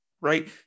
right